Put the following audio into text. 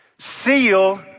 Seal